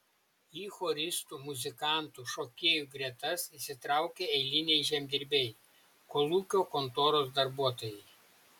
į choristų muzikantų šokėjų gretas įsitraukė eiliniai žemdirbiai kolūkio kontoros darbuotojai